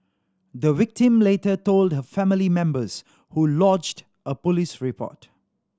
the victim later told her family members who lodged a police report